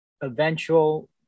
Eventual